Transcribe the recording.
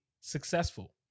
successful